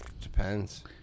Depends